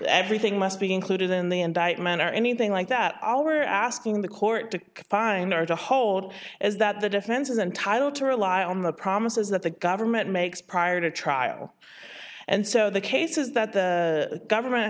everything must be included in the indictment or anything like that all we are asking the court to find are to hold is that the defense is entitled to rely on the promises that the government makes prior to trial and so the case is that the government